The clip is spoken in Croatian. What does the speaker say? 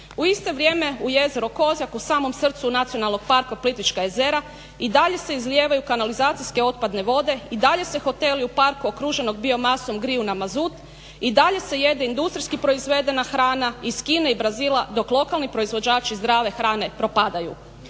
U isto vrijeme u jezero Kozjak u samom srcu Nacionalnog parka Plitvička jezera i dalje se izlijevaju kanalizacijske otpadne vode i dalje su hoteli u parku okruženog biomasom griju na mazut i dalje se jede industrijski proizvedena hrana iz Kine i Brazila dok lokalni proizvođači zdrave hrane propadaju.